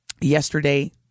yesterday